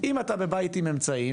אם אתה בבית עם אמצעים,